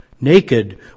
Naked